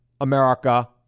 America